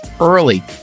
early